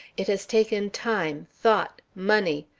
it has taken time, thought, money.